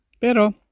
Pero